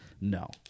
No